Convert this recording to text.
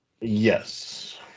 Yes